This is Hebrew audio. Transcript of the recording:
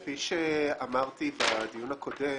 כפי שאמרתי בדיון הקודם,